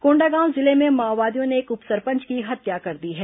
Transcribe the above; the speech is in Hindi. कोंडागांव जिले में माओवादियों ने एक उप सरपंच की हत्या कर दी है